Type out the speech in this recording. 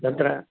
तत्र